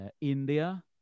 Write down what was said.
India